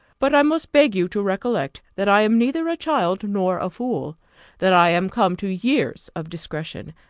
but i must beg you to recollect, that i am neither a child nor a fool that i am come to years of discretion,